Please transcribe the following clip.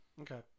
Okay